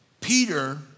Peter